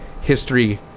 history